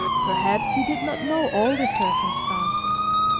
perhaps he did not know all the circumstances,